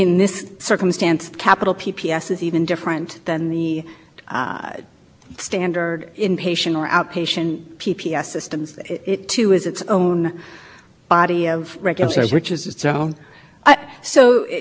the outpatient prospect of payment system and then there's capital prospect of payment system which is aimed at reimbursing hospitals and other providers for their capital investments that may not be